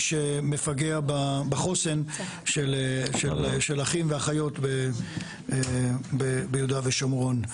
שמפגע בחוסן של אחים ואחיות ביהודה ושומרון.